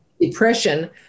depression